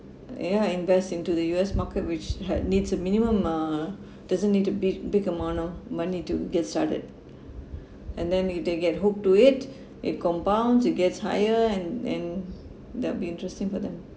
ya invest into the U_S market which had needs a minimum uh doesn't need to be big amount of money to get started and then if they get hooked to it it compounds it gets higher and and that will be interesting for them